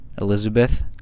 Elizabeth